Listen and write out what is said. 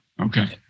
Okay